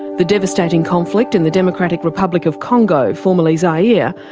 the devastating conflict in the democratic republic of congo, formerly zaire,